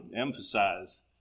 emphasize